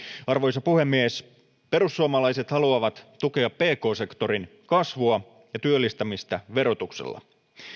arvoisa puhemies perussuomalaiset haluavat tukea pk sektorin kasvua ja työllistämistä verotuksella